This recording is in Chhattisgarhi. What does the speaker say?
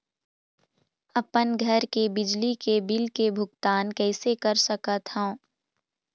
अपन घर के बिजली के बिल के भुगतान कैसे कर सकत हव?